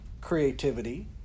creativity